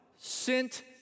sent